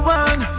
one